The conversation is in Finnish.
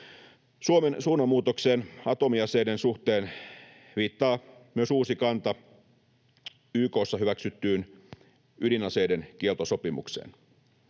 Suomen suunnanmuutokseen atomiaseiden suhteen viittaa myös uusi kanta YK:ssa hyväksyttyyn ydinaseiden kieltosopimukseen.